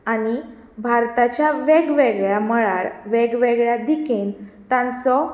आनी भारताच्या वेगवेगळ्या मळार वेगवेगळ्या दिकेन तांचो